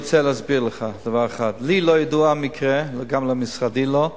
אני רוצה להסביר לך דבר אחד: לי לא ידוע המקרה וגם למשרדי לא.